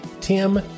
Tim